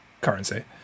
currency